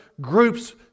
groups